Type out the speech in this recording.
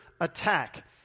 attack